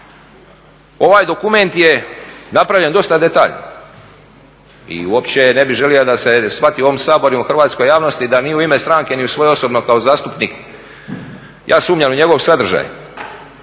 Ovaj dokument je napravljen dosta detaljno i uopće ne bih želio da se shvati u ovom Saboru i u hrvatskoj javnosti da ni u ime stranke ni u svoje osobno kao zastupnik ja sumnjam u njegov sadržaj.